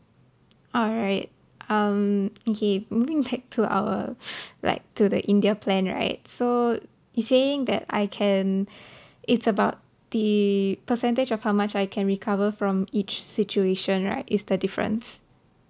alright um okay moving back to our like to the india plan right so you saying that I can it's about the percentage of how much I can recover from each situation right is the difference